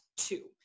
two